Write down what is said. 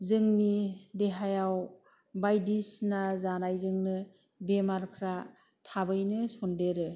जोंनि देहायाव बायदिसिना जानायजोंनो बेमारफ्रा थाबैनो सनदेरो